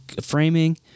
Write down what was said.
framing